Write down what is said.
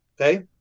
Okay